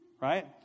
Right